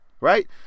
Right